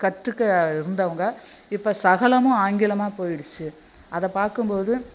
கற்றுக்க இருந்தவங்க இப்போ சகலமும் ஆங்கிலமாக போயிடுச்சு அதை பார்க்கும்போது